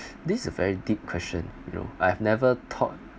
this a very deep question you know I've never thought